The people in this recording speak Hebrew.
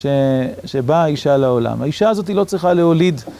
שבאה האישה לעולם. האישה הזאת לא צריכה להוליד.